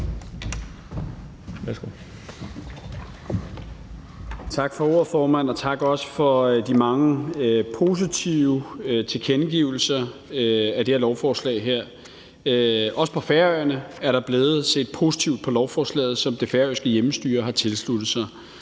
Tak for ordet, formand, og også tak for de mange positive tilkendegivelser af lovforslaget. Også på Færøerne er der blevet set positivt på lovforslaget, som det færøske hjemmestyre har tilsluttet sig,